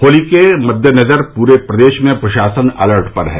होली के मददेनजर पूरे प्रदेश में प्रशासन अलर्ट है